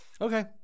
Okay